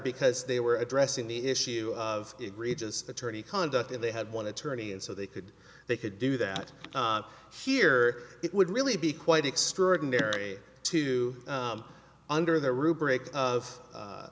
because they were addressing the issue of egregious attorney conduct if they had one attorney and so they could they could do that here it would really be quite extraordinary to under the